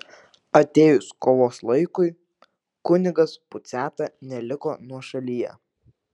atėjus kovos laikui kunigas puciata neliko nuošalyje